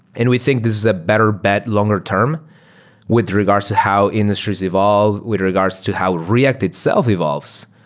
and we think this is a better bet longer-term with regards to how industries evolve, with regards to how react itself evolves.